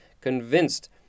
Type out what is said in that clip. convinced